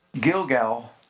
Gilgal